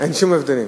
אין שום הבדלים.